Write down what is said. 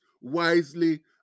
wisely